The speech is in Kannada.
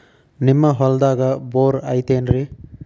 ನಿಮ್ಮ ಹೊಲ್ದಾಗ ಬೋರ್ ಐತೇನ್ರಿ?